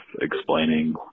explaining